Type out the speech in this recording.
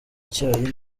icyayi